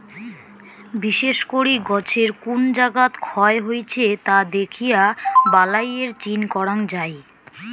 বিশেষ করি গছের কুন জাগাত ক্ষয় হইছে তা দ্যাখিয়া বালাইয়ের চিন করাং যাই